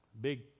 big